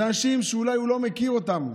אלה אנשים שאולי הוא לא מכיר אותם,